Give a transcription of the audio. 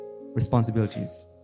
responsibilities